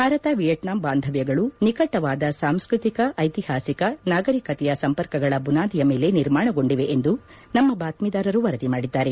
Bharat Vietnam ಬಾಂಧವ್ಯಗಳು ನಿಕಟವಾದ ಸಾಂಸ್ವತಿಕ ಐತಿಹಾಸಿಕ ನಾಗರಿಕತೆಯ ಸಂಪರ್ಕಗಳ ಬುನಾದಿಯ ಮೇಲೆ ನಿರ್ಮಾಣಗೊಂಡಿವೆ ಎಂದು ನಮ್ಮ ಬಾತ್ಮೀದಾರರು ವರದಿ ಮಾಡಿದ್ದಾರೆ